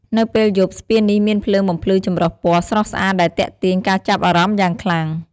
នៅពេលយប់ ស្ពាននេះមានភ្លើងបំភ្លឺចម្រុះពណ៌ស្រស់ស្អាត ដែលទាក់ទាញការចាប់អារម្មណ៍យ៉ាងខ្លាំង។